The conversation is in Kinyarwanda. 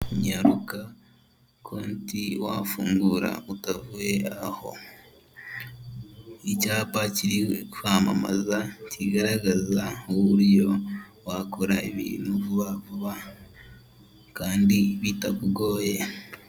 Nyaruka konti wafungura utavuye aho, icyapa kiri kwamamaza kigaragaza uburyo wakora ibintu vuba vuba kandi bitakugoye.